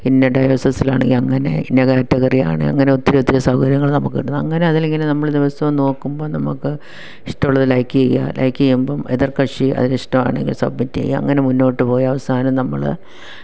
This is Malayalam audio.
ഇന്ന ഡയേസസിലാണെങ്കിൽ അങ്ങനെ ഇന്ന കാറ്റഗറി ആണേൽ അങ്ങനൊത്തിരി ഒത്തിരി സൗകര്യങ്ങള് നമുക്ക് കിട്ടുന്നു അങ്ങനെ അതിലിങ്ങനെ നമ്മൾ ദിവസവും നോക്കുമ്പം നമുക്ക് ഇഷ്ടമുള്ളത് ലൈക്ക് ചെയ്യാൻ ലൈക്ക് ചെയ്യുമ്പം എതിര്കക്ഷി അതിനിഷ്ടമാണെങ്കില് സബ്മിറ്റ് ചെയ്യാം അങ്ങനെ മുന്നോട്ട് പോയി അവസാനം നമ്മൾ